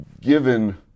given